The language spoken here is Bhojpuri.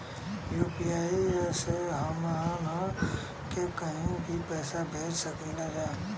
यू.पी.आई से हमहन के कहीं भी पैसा भेज सकीला जा?